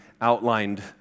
outlined